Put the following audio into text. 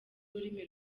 ururimi